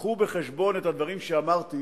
ייקחו בחשבון את הדברים שאמרתי,